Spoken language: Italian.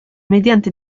mediante